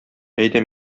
әйдә